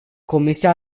comisia